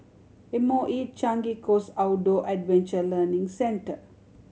M O E Changi Coast Outdoor Adventure Learning Center